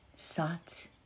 Sat